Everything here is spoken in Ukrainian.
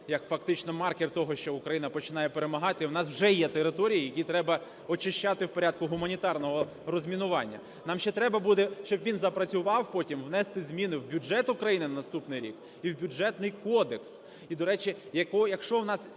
як фактично маркер того, що Україна починає перемагати, в нас вже є території, які треба очищати в порядку гуманітарного розмінування. Нам ще треба буде, щоб він запрацював потім, внести зміни в бюджет України на наступний рік і в Бюджетний кодекс. І, до речі, якщо в нас